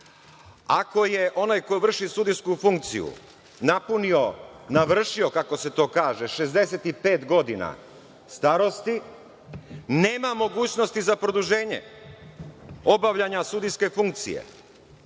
Ako je onaj ko vrši sudijsku funkciju napunio, navršio, kako se to kaže, 65 godina starosti nema mogućnosti za produženje obavljanja sudijske funkcije